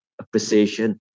appreciation